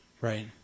Right